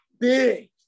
big